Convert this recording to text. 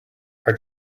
our